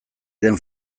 den